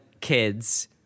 kids